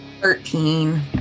Thirteen